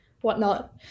whatnot